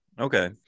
Okay